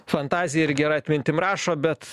fantazija ir gera atmintim rašo bet